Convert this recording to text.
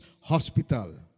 Hospital